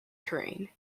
terrain